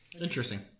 Interesting